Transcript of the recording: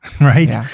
right